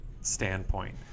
standpoint